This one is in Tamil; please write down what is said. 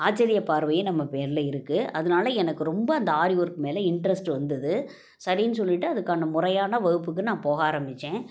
ஆச்சரியப் பார்வையும் நம்ம பேரில் இருக்குது அதனால எனக்கு ரொம்ப அந்த ஆரி ஒர்க் மேலே இன்ட்ரஸ்ட் வந்தது சரின்னு சொல்லிவிட்டு அதுக்கான முறையான வகுப்புக்கு நான் போக ஆரம்பித்தேன்